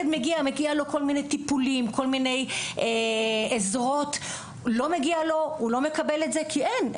מגיע לילד כל מיני טיפולים ועזרות והילד לא מקבל את זה כי אין.